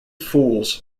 fools